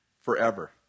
forever